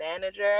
manager